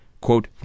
quote